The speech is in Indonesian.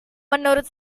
menurut